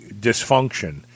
dysfunction